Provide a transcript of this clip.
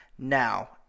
now